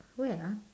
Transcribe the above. where ah